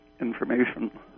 information